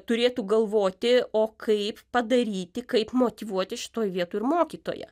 turėtų galvoti o kaip padaryti kaip motyvuoti šitoj vietoj ir mokytoją